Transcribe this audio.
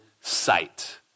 sight